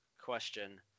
question